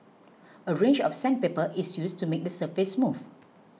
a range of sandpaper is used to make the surface smooth